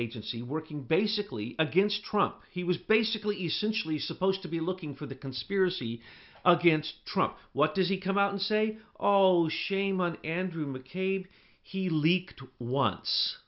agency working basically against trump he was basically essentially supposed to be looking for the conspiracy against trump what does he come out and say all shame on andrew mccabe he leaked once